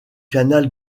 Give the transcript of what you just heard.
canal